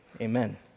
amen